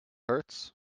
hurts